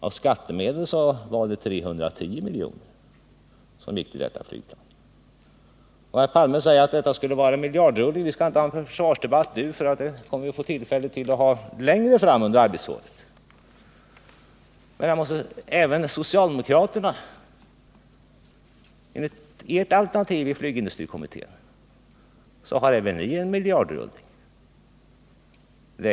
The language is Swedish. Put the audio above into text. Av skattemedel var det 310 milj.kr. som gick till detta flygplan. Vidare säger Olof Palme att det skulle bli en miljardrullning. Vi skall inte föra någon försvarsdebatt nu — det får vi tillfälle till senare under arbetsåret. Men jag vill säga att även socialdemokraternas alternativ i flygindustrikommittén innebär en miljardrullning.